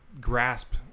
grasp